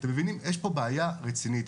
אתם מבינים, יש פה בעיה רצינית.